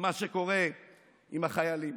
למה שקורה עם החיילים.